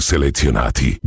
selezionati